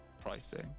pricing